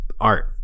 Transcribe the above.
art